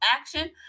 Action